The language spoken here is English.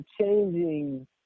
changing